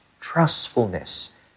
trustfulness